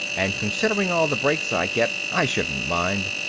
and considering all the breaks i get i shouldn't mind.